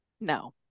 no